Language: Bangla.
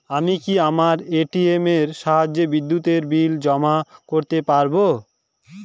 আমি কি আমার এ.টি.এম এর সাহায্যে বিদ্যুতের বিল জমা করতে পারব?